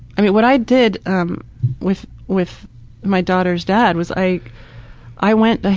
i mean what i did um with with my daughter's dad was i i went, ah